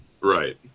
Right